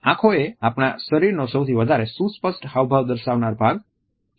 આંખોએ આપણા શરીરનો સૌથી વધારે સુસ્પષ્ટ હાવભાવ દર્શાવનાર ભાગ છે